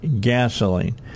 gasoline